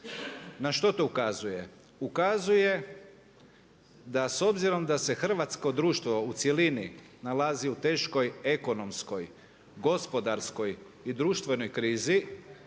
Na što to ukazuje? Ukazuje da s obzirom da se hrvatsko društvo u cjelini nalazi u teškoj ekonomskoj, gospodarskoj i društvenoj krizi